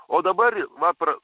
o dabar va pra